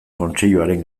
kontseiluaren